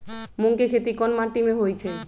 मूँग के खेती कौन मीटी मे होईछ?